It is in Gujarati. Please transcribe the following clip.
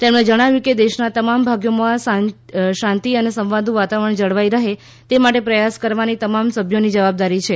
તેમણે જણાવ્યું કે દેશના તમામ ભાગોમાં શાંતિ અને સંવાદનું વાતાવરણ જળવાઈ રહે તે માટે પ્રયાસ કરવાની તમામ સભ્યોની જવાબદારી છે